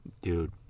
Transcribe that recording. dude